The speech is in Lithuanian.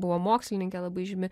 buvo mokslininkė labai žymi